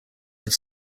have